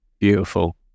Beautiful